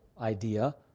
idea